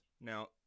now